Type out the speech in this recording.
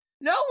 No